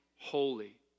holy